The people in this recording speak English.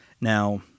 Now